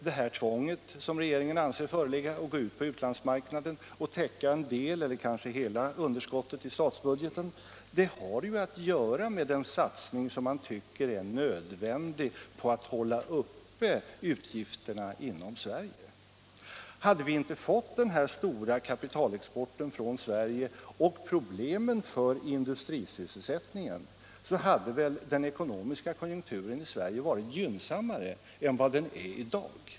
Detta tvång, som regeringen anser föreligga, att gå ut på utlandsmarknaden och täcka en del av — eller kanske hela — underskottet i statsbudgeten, har ju att göra med den satsning, som man tycker är nödvändig, på att hålla uppe utgifterna inom Sverige. Hade vi inte fått den här stora kapitalexporten från Sverige och problemen från industrisysselsättningen, så hade väl den ekonomiska konjunkturen i Sverige varit gynnsammare än vad den är i dag.